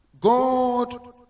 god